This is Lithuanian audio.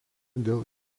dėl